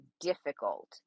difficult